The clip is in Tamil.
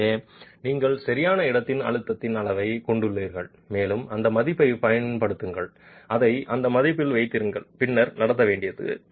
எனவே நீங்கள் சரியான இடத்தின் அழுத்தத்தின் அளவைக் கொண்டுள்ளீர்கள் மேலும் அந்த மதிப்பைப் பயன்படுத்துங்கள் அதை அந்த மதிப்பில் வைத்திருங்கள்பின்னர் நடத்தவேண்டியது